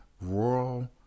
rural